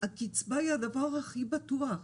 הקצבה היא הדבר הכי בטוח,